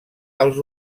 els